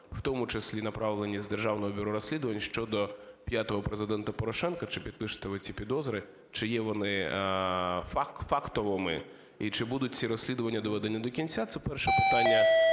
в тому числі направлені з Державного бюро розслідувань щодо п'ятого Президента Порошенка? Чи підпишете ви ці підозри? Чи є вони фактовими? І чи будуть ці розслідування доведені до кінця? Це перше питання.